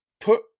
put